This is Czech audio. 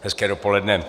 Hezké dopoledne.